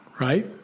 right